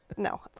No